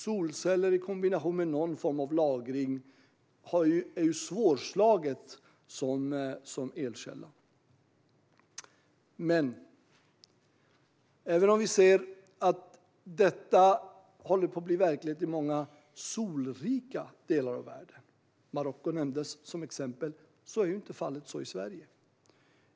Solceller i kombination med någon form av lagring är svårslaget som elkälla. Även om vi ser att detta håller på att bli verklighet i många solrika delar av världen - Marocko nämndes som exempel - är inte fallet så i Sverige.